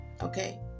Okay